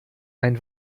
ein